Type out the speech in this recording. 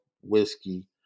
whiskey